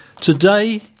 Today